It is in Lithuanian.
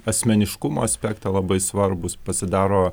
asmeniškumo aspektą labai svarbūs pasidaro